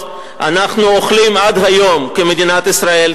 אנחנו אוכלים עד היום כמדינת ישראל,